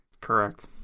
correct